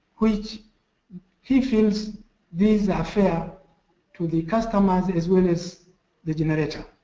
which he feels these are fair to the customers, as well as the generator.